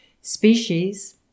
Species